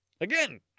Again